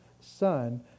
son